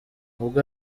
ubwo